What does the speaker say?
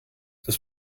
das